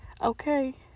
Okay